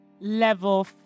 Level